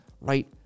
right